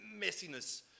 messiness